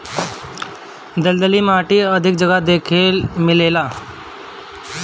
दलदली माटी पानी के अधिका वाला जगह पे देखे के मिलेला